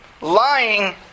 Lying